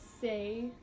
say